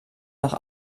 noch